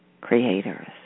creators